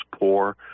poor